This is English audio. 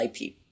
IP